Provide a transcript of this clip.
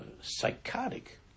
psychotic